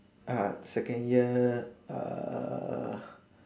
ah second year err